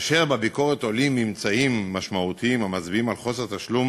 כאשר בביקורת עולים ממצאים משמעותיים המצביעים על אי-תשלום